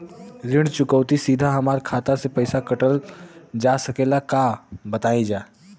ऋण चुकौती सीधा हमार खाता से पैसा कटल जा सकेला का बताई जा?